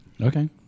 Okay